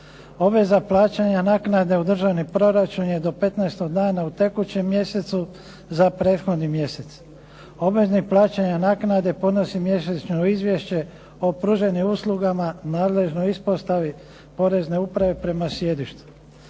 Obveza plaćanja naknade u državni proračun je do 15. dana u tekućem mjesecu za prethodni mjesec. Obveznik plaćanja naknade podnosi mjesečno izvješće o pruženim uslugama nadležnoj ispostavi porezne uprave prema sjedištu.